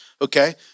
Okay